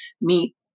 meet